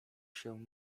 się